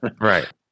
Right